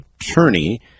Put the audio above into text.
attorney